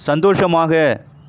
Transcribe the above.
சந்தோஷமாக